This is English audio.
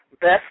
best